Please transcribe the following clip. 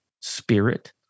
spirit